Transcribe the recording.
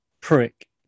prick